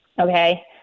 okay